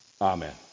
Amen